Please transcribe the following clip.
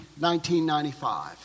1995